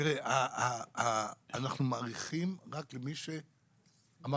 אנחנו מאריכים רק למי, א',